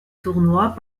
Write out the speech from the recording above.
tournois